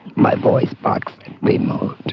my voice box removed.